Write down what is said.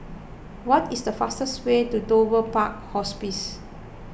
what is the fastest way to Dover Park Hospice